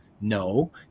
No